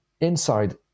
inside